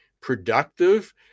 productive